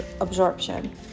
absorption